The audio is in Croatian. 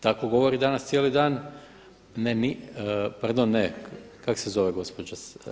Tako govori danas cijeli dan, ne nije, pardon, ne, kako se zove gospođa?